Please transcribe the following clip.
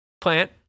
Plant